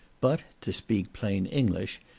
but, to speak plain english,